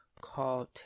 called